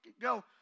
go